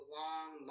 long